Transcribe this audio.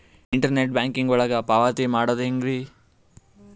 Internet banking ಒಳಗ ಪಾವತಿ ಮಾಡೋದು ಹೆಂಗ್ರಿ?